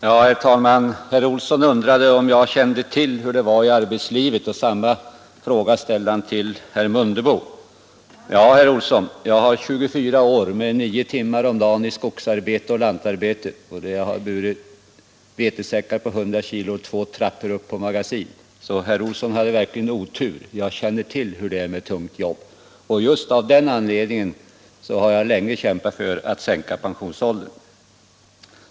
Herr talman! Herr Olsson i Stockholm undrade om jag kände till hur det är i arbetslivet, och samma fråga ställde han till herr Mundebo. Ja, herr Olsson, jag har 24 år med 9 timmar om dagen i skogsarbete och lantarbete bakom mig, och jag har burit vetesäckar på 100 kilo två trappor upp på ett magasin. Herr Olsson hade alltså verkligen otur — jag känner till hur det är att jobba tungt. Och av just den anledningen har jag också länge kämpat för att sänka pensionsåldern.